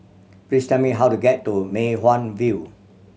please tell me how to get to Mei Hwan View